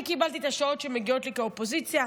אני קיבלתי את השעות שמגיעות לי כאופוזיציה,